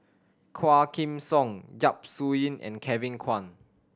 Quah Kim Song Yap Su Yin and Kevin Kwan